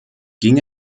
ging